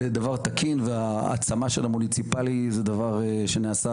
זה דבר תקין והעצמה של המוניציפלי היא דבר שנעשה